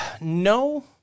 no